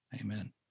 amen